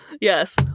Yes